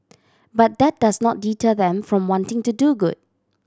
but that does not deter them from wanting to do good